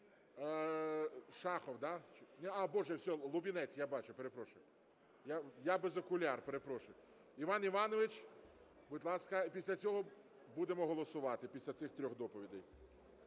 Шахов. А, боже, Лубінець, я бачу, перепрошую. Я без окуляр, перепрошую. Іван Іванович, і після цього будемо голосувати, після цих трьох доповідей.